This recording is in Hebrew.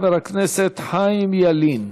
חבר הכנסת חיים ילין.